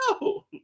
no